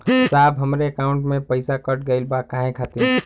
साहब हमरे एकाउंट से पैसाकट गईल बा काहे खातिर?